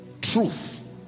truth